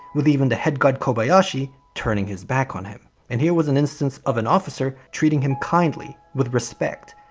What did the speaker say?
with even the head guard kobayashi, turning his back on him. and here was an instance of an officer treating him kindly with respect,